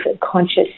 conscious